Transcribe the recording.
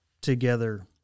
together